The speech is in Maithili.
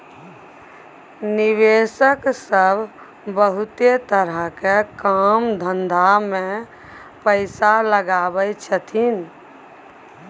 निवेशक सब बहुते तरह के काम धंधा में पैसा लगबै छथिन